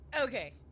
Okay